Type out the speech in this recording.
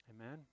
Amen